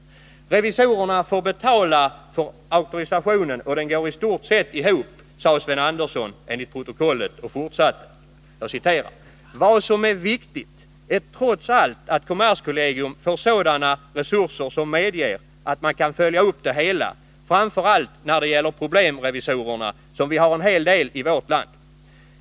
Han sade: ”Revisorerna får betala för auktorisationen, och den går i stort sett ihop.” Sven Andersson fortsatte: ”Vad som är viktigt är trots allt att kommerskollegium får sådana resurser som medger att man kan följa upp det hela, framför allt när det gäller problemrevisorerna, som vi har en hel del i vårt land.